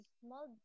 small